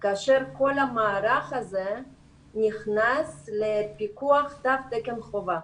כאשר כל המערך הזה נכנס לפיקוח תו תקן חובה.